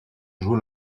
joue